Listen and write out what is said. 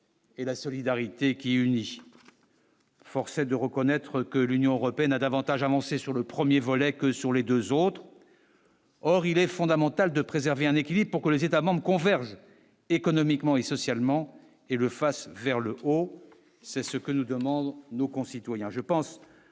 et la solidarité qui réunit, force est de reconnaître que l'Union européenne a davantage annoncé sur le 1er volet que sur les 2 autres, or il est fondamental de préserver un équilibre pour que les États-membres converger économiquement et socialement, et le fasse vers le haut, c'est ce que nous demandons, nos concitoyens,